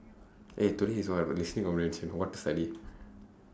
eh today is what listening comprehension what to study